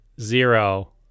zero